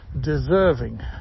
deserving